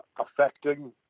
affecting